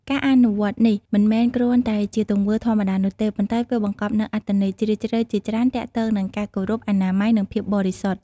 ការអនុវត្តនេះមិនមែនគ្រាន់តែជាទង្វើធម្មតានោះទេ ប៉ុន្តែវាបង្កប់នូវអត្ថន័យជ្រាលជ្រៅជាច្រើនទាក់ទងនឹងការគោរព អនាម័យ និងភាពបរិសុទ្ធ។